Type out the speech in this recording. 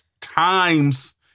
times